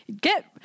get